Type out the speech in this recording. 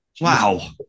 Wow